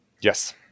Yes